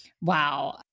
wow